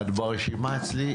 את ברשימה אצלי,